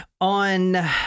on